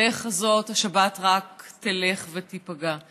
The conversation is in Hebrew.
בדרך הזאת השבת רק תלך ותיפגע,